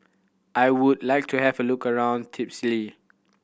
I would like to have a look around Tbilisi